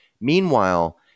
meanwhile